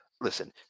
listen